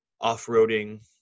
off-roading